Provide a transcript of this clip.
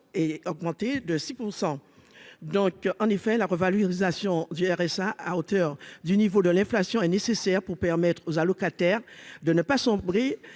est augmenté de 6 % donc en effet la revalorisation du RSA à hauteur du niveau de l'inflation est nécessaire pour permettre aux allocataires de ne pas sombrer